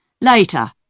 Later